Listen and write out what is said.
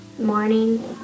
morning